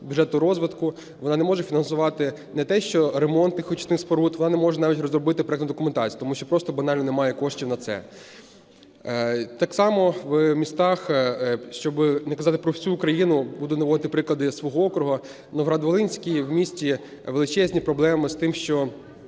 бюджету розвитку, вона не може фінансувати не те, що ремонти очисних споруд, вона не може навіть розробити проектну документації, тому що просто банально не має коштів на це. Так само в містах, щоб не казати про всю Україну, буду наводити прилади свого округу – Новоград-Волинський. В місті величезні проблеми з тим, що